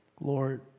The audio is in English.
Lord